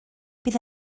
bydd